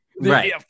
Right